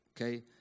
okay